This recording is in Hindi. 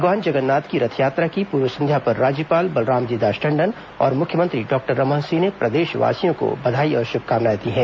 भगवान जगन्नाथ की रथयात्रा की पूर्व संध्या पर राज्यपाल बलरामजी दास टंडन और मुख्यमंत्री डॉक्टर रमन सिंह ने प्रदेशवासियों को बधाई और श्र्मकामनाएं दी हैं